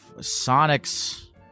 Sonic's